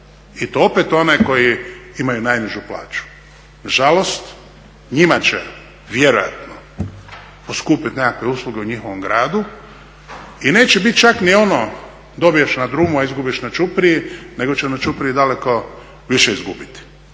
i to opet one koji imaju najnižu plaću. Na žalost njima će vjerojatno poskupiti nekakve usluge u njihovom gradu i neće bit čak ni ono dobiješ na drugu, a izgubiš na ćupriji, nego će na ćupriji daleko više izgubiti.